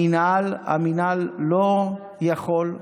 המינהל לא יכול,